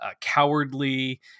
cowardly